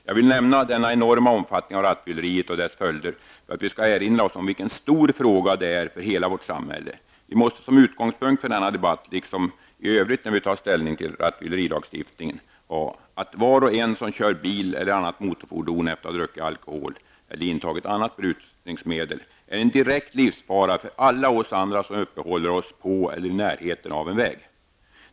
Jag vill nämna denna enorma omfattning av rattfylleriet och dess följder för att vi skall erinra oss om vilken stor fråga det är för hela vårt samhälle. Vi måste som utgångspunkt för denna debatt -- liksom i övrigt när vi tar ställning till rattfyllerilagstiftningen -- ha, att var och en som kör bil eller annat motorfordon efter att ha druckit alkohol eller intagit andra berusningsmedel är en direkt livsfara för alla oss andra som uppehåller oss på eller i närheten av en väg.